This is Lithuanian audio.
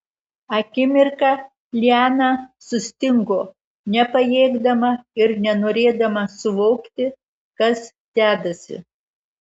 akimirką liana sustingo nepajėgdama ir nenorėdama suvokti kas dedasi